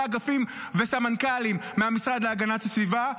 אגפים וסמנכ"לים מהמשרד להגנת הסביבה.